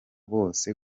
bose